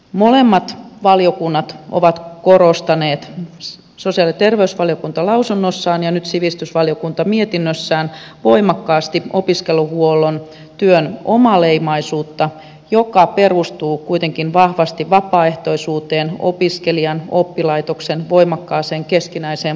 molemmat valiokunnat ovat korostaneet sosiaali ja terveysvaliokunta lausunnossaan ja nyt sivistysvaliokunta mietinnössään voimakkaasti opiskeluhuollon työn omaleimaisuutta joka perustuu kuitenkin vahvasti vapaaehtoisuuteen ja opiskelijan ja oppilaitoksen voimakkaaseen keskinäiseen vuorovaikutukseen